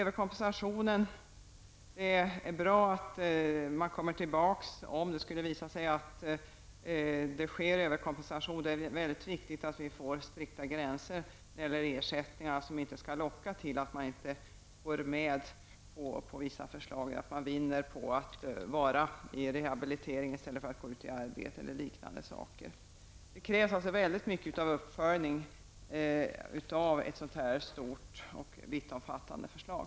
Det är bra att man återkommer om det visar sig att det sker överkompensation. Det är mycket viktigt att vi får strikta gränser när det gäller ersättningarna så att man inte lockas av vissa förslag och vinner på att gå kvar i rehabilitering i stället för att gå ut i arbete. Det krävs mycket uppföljning av ett så här stort och vittomfattande förslag.